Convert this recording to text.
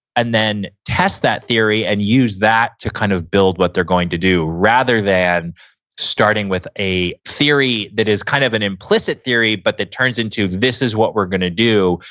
and then, test that theory and use that to kind of build what they're going to do rather than starting with a theory that is kind of an implicit theory but that turns into, this is what we're going to do,